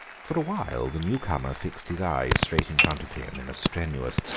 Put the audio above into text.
for a while the new-comer fixed his eyes straight in front of him in a strenuous,